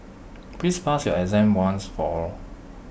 please pass your exam once and for all